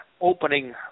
opening